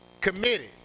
committed